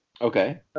Okay